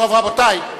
טוב, רבותי.